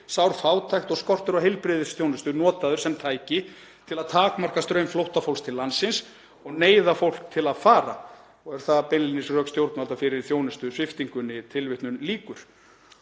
sár fátækt og skortur á heilbrigðisþjónustu notaður sem tæki til að takmarka straum flóttafólks til landsins og neyða fólk til að fara. Eru það beinlínis rök stjórnvalda fyrir þjónustusviptingunni.“ Síðan